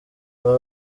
aba